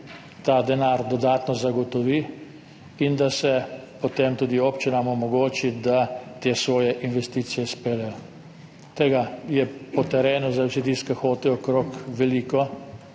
se ta denar dodatno zagotovi, in da se potem tudi občinam omogoči, da te svoje investicije speljejo. Tega je po terenu – vsi tisti, ki hodite veliko